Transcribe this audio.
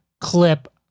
clip